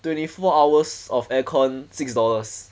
twenty four hours of air con six dollars